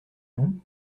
non